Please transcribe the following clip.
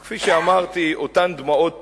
אז כפי שאמרתי, אותן דמעות תנין,